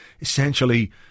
essentially